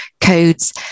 Codes